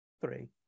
Three